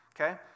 okay